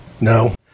No